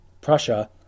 Prussia